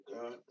God